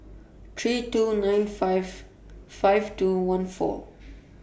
three two nine five five two four one